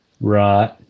Right